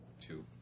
Two